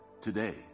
today